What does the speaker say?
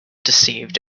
deceived